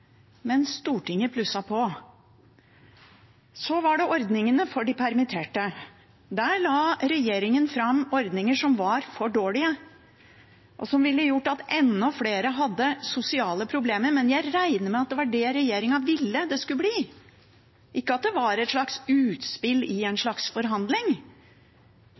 men Stortinget plusset på. Så var det ordningene for de permitterte: Der la regjeringen fram ordninger som var for dårlige, og som ville gjort at enda flere hadde fått sosiale problemer, men jeg regner med at det var det regjeringen ville det skulle bli – ikke at det var et slags utspill i en slags forhandling.